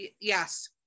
yes